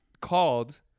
called